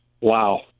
wow